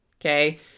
okay